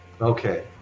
Okay